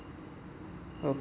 okay